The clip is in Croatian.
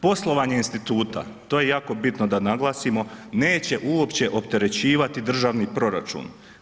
Poslovanje instituta to je jako bitno da naglasimo, neće uopće opterećivati državni proračun.